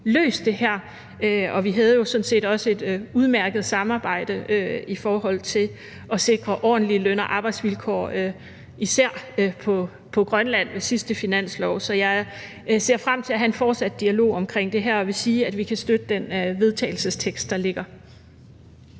løst det her, og vi havde jo sådan set også et udmærket samarbejde i forbindelse med sidste års finanslov i forhold til at sikre ordentlige løn- og arbejdsvilkår især i Grønland. Så jeg ser frem til at have en fortsat dialog omkring det her, og jeg vil sige, at vi kan støtte det forslag til vedtagelse, der ligger.